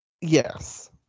Yes